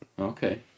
Okay